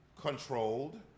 controlled